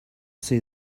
see